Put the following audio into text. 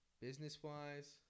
business-wise